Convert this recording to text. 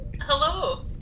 Hello